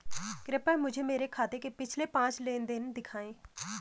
कृपया मुझे मेरे खाते के पिछले पांच लेन देन दिखाएं